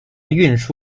运输